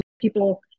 people